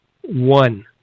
One